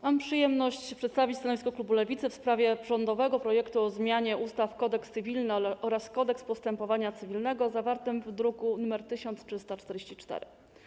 Mam przyjemność przedstawić stanowisko klubu Lewicy w sprawie rządowego projektu ustawy o zmianie ustawy - Kodeks cywilny oraz ustawy - Kodeks postępowania cywilnego, zawartego w druku nr 1344.